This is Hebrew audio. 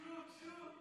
שוק, שוק.